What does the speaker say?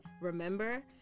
remember